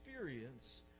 experience